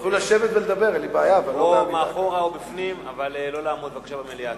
או מאחור או בפנים, אבל לא לעמוד, בבקשה, במליאה.